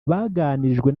baganirijwe